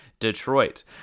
Detroit